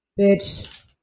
bitch